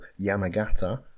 Yamagata